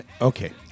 Okay